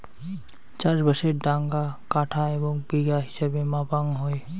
চাষবাসের ডাঙা কাঠা এবং বিঘা হিছাবে মাপাং হই